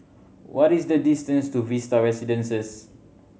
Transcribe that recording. what is the distance to Vista Residences